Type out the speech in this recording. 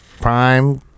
prime